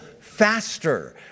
faster